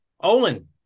Owen